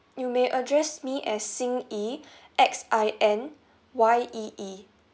you may address me as xin yee X I N Y E E